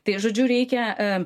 tai žodžiu reikia